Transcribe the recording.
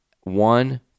One